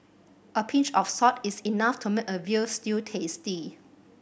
a pinch of salt is enough to make a veal stew tasty